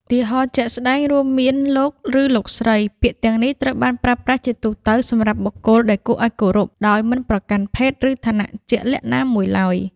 ឧទាហរណ៍ជាក់ស្តែងរួមមាន លោក ឬ លោកស្រី ពាក្យទាំងនេះត្រូវបានប្រើប្រាស់ជាទូទៅសម្រាប់បុគ្គលដែលគួរឱ្យគោរព ដោយមិនប្រកាន់ភេទ ឬឋានៈជាក់លាក់ណាមួយឡើយ។